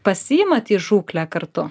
pasiimat į žūklę kartu